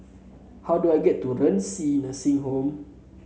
how do I get to Renci Nursing Home